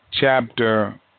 chapter